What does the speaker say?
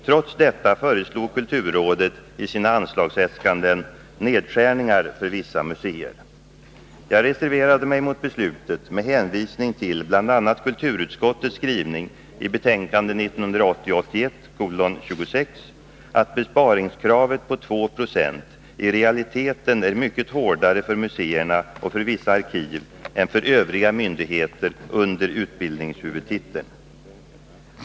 Trots detta föreslog kulturrådet i sina anslagsäskanden nedskärningar för vissa museer. Jag reserverade mig mot beslutet med hänvisning till bl.a. kulturutskottets skrivning i betänkandet 1980/81:26, att besparingskravet på 2 Fo i realiteten är mycket hårdare för museerna och vissa arkiv än för övriga myndigheter under utbildningshuvudtiteln.